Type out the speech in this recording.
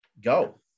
go